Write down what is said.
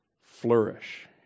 flourish